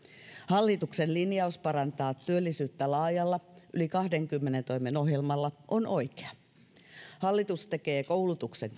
hallituksen linjaus parantaa työllisyyttä laajalla yli kahdenkymmenen toimen ohjelmalla on oikea hallitus tekee koulutuksen